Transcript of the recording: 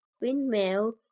windmill